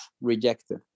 rejected